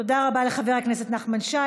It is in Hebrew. תודה רבה לחבר הכנסת נחמן שי.